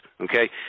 okay